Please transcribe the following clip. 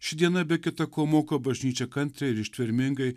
ši diena be kita ko moko bažnyčią kantriai ir ištvermingai